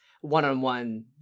one-on-one